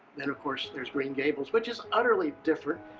then of course there's green gables, which is utterly different.